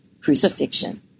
crucifixion